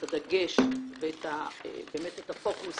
את הדגש ובאמת את הפוקוס